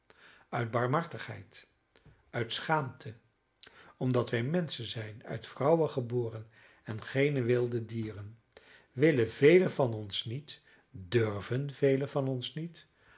uit barmhartigheid uit schaamte omdat wij menschen zijn uit vrouwen geboren en geene wilde dieren willen velen van ons niet durven velen van ons niet achten